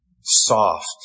soft